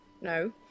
No